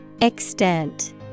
Extent